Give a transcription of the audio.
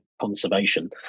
conservation